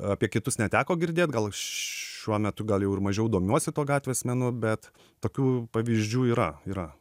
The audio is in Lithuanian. apie kitus neteko girdėt gal šiuo metu gal jau ir mažiau domiuosi tuo gatvės menu bet tokių pavyzdžių yra yra